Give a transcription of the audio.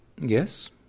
Yes